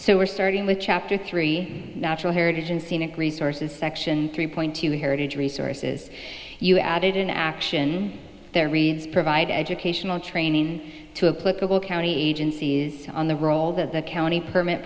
so we're starting with chapter three natural heritage and scenic resources section three point two heritage resources you added in action there reads provide educational training to a county agencies on the role that the county permit